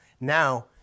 now